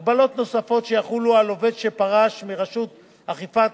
הגבלות נוספות שיחולו על עובד שפרש מרשות אכיפת